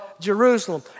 Jerusalem